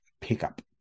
pickup